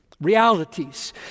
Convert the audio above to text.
realities